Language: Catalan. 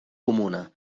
comuna